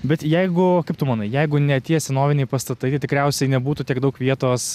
bet jeigu kaip tu manai jeigu ne tie senoviniai pastatai tikriausiai nebūtų tiek daug vietos